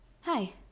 hi